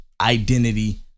identity